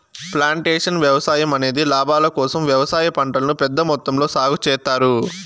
plantation వ్యవసాయం అనేది లాభాల కోసం వ్యవసాయ పంటలను పెద్ద మొత్తంలో సాగు చేత్తారు